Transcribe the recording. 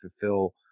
fulfill